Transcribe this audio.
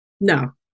No